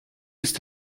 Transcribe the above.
ist